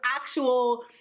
actual